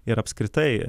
ir apskritai